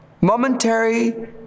momentary